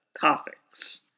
topics